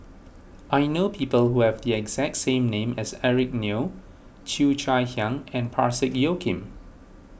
I know people who have the exact same name as Eric Neo Cheo Chai Hiang and Parsick Joaquim